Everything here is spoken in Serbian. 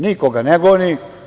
Niko ga ne goni.